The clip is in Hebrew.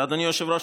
אדוני היושב-ראש,